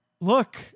look